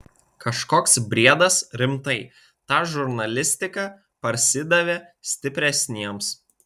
kažkoks briedas rimtai ta žurnalistika parsidavė stipresniems